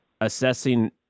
assessing